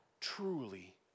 truly